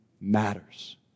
matters